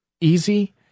easy